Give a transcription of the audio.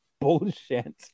bullshit